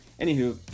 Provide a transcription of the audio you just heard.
anywho